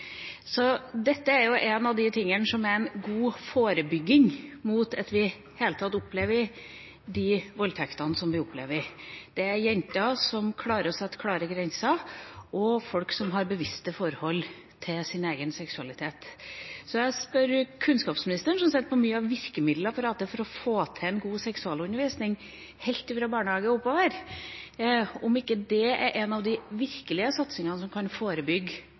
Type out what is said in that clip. Dette er en av de tingene som er god forebygging mot at vi i det hele tatt opplever de voldtektene som vi opplever – det er jenter som klarer å sette klare grenser, og folk som har et bevisst forhold til sin egen seksualitet. Så jeg spør kunnskapsministeren, som sitter på mye av virkemiddelapparatet for å få til en god seksualundervisning helt fra barnehage og oppover, om ikke det er en av de satsingene som virkelig kan forebygge